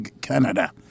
Canada